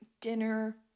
dinner